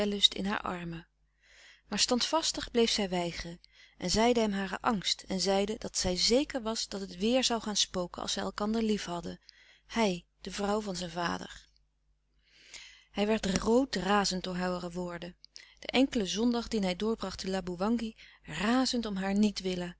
in haar armen maar standvastig bleef zij weigeren en zeide hem haren angst en zeide dat zij zeker was dat het weêr zoû gaan spoken als zij elkander lief hadden hij de vrouw van zijn vader hij werd rood razend door hare woorden den enkelen zondag dien hij doorbracht te laboewangi razend om haar niet willen